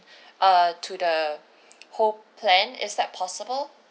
err to the whole plan is that possible